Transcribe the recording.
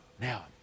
Now